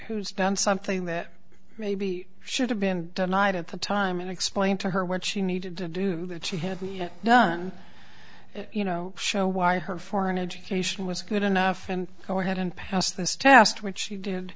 who's done something that maybe should had been denied at the time and explained to her what she needed to do that she had done you know show why her foreign education was good enough and go ahead and pass this test which she did